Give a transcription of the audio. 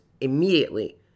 immediately